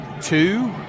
two